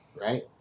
right